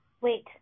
Wait